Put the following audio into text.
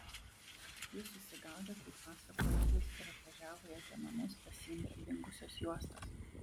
jis susigaudę kaip pasakojo edis ir atvažiavo į edžio namus pasiimti dingusios juostos